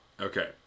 Okay